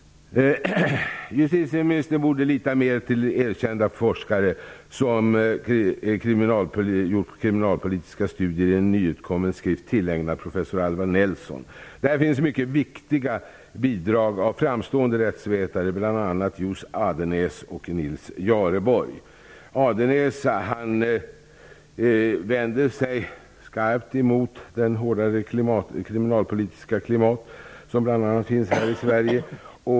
Justitieministern borde lita mer till erkända forskare som gjort kriminalpolitiska studier publicerade i en nyutkommen skrift tillägnad professor Alvar Nelson. Där finns mycket viktiga bidrag av framstående rättsvetare, bl.a. Johs Johs Andenaes vänder sig skarpt emot det hårdare kriminalpolitiska klimat som bl.a. finns i Sverige.